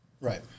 Right